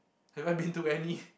have I been to any